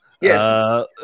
yes